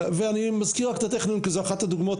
ואני מזכיר רק את הטכניון כי זו אחת הדוגמאות,